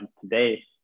today